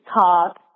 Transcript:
talk